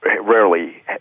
Rarely